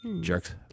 Jerks